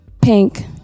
pink